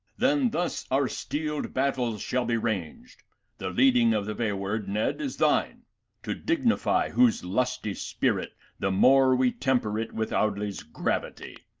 then thus our steeled battles shall be ranged the leading of the vaward, ned, is thine to dignify whose lusty spirit the more, we temper it with audly's gravity,